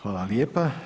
Hvala lijepa.